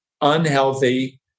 unhealthy